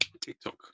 TikTok